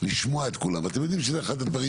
לשמוע את כולם ואתם יודעים שזה אחד הדברים